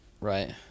Right